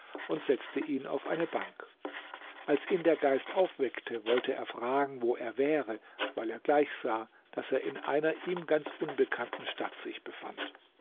und setzte ihn auf eine bank als ihn der geist aufweckte wollte er fragen wo er wäre weil er gleich sah daß er in einer ihm ganz unbekannten stadt sich befand